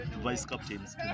vice-captains